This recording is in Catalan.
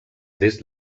des